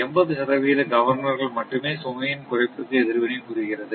80 சதவிகித கவர்னர்கள் மட்டுமே சுமையின் குறைப்புக்கு எதிர்வினை புரிகிறது